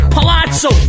Palazzo